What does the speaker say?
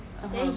ah !huh!